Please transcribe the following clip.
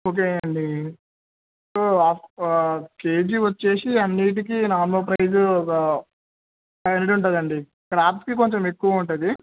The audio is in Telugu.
ఓకే అండి సో కేజీ వచ్చేసి అన్నింటికీ నార్మల్ ప్రైస్ ఒక ఫైవ్ హండ్రెడ్ ఉంటుందండి క్రాబ్స్కి కొంచెం ఎక్కువ ఉంటుంది